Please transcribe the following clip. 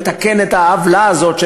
לתקן את העוולה הזאת,